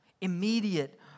Immediate